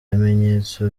bimenyetso